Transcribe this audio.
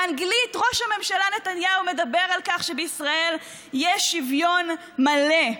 באנגלית ראש הממשלה נתניהו מדבר על כך שבישראל יש שוויון מלא.